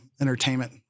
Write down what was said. entertainment